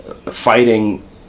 fighting